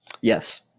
Yes